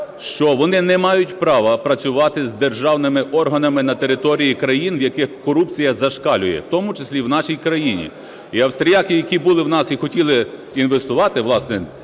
що вони не мають права працювати з державними органами на території країн, в яких корупція зашкалює, в тому числі в нашій країні. І австріяки, які були у нас і хотіли інвестувати, власне,